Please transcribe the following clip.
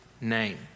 name